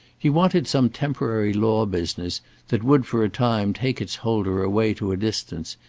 he wanted some temporary law business that would for a time take its holder away to a distance,